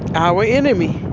our enemy.